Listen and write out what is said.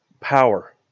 power